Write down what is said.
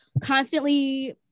constantly